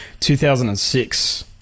2006